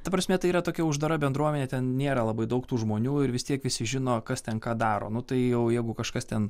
ta prasme tai yra tokia uždara bendruomenė ten nėra labai daug tų žmonių ir vis tiek visi žino kas ten ką daro nu tai jau jeigu kažkas ten